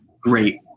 great